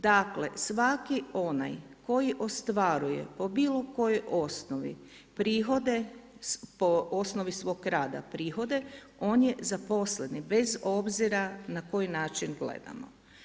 Dakle svaki onaj koji ostvaruje po bilo kojoj osnovi prihode, po osnovi svog rada prihode, on je zaposleni bez obzira na koji način gledamo.